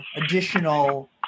additional